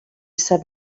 sap